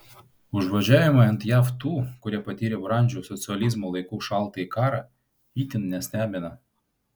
užvažiavimai ant jav tų kurie patyrė brandžių socializmo laikų šaltąjį karą itin nestebina